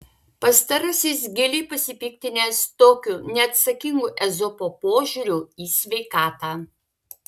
pastarasis giliai pasipiktinęs tokiu neatsakingu ezopo požiūriu į sveikatą